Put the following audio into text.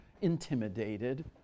intimidated